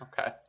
okay